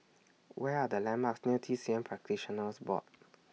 Where Are The landmarks near T C M Practitioners Board